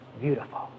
beautiful